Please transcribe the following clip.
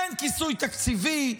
אין כיסוי תקציבי,